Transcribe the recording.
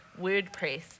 WordPress